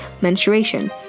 menstruation